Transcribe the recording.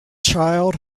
child